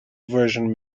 version